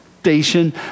station